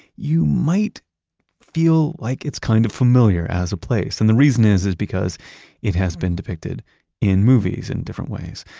you might feel like it's kind of familiar as a place. and the reason is is because it has been depicted in movies in different ways,